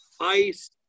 Ice